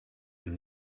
and